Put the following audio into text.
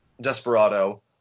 Desperado